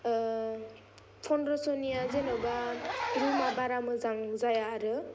फनद्रस'निआ जेन'बा रुमा बारा मोजां जाया आरो